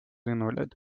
invalid